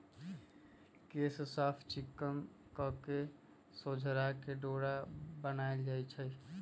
केश साफ़ चिक्कन कके सोझरा के डोरा बनाएल जाइ छइ